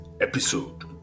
episode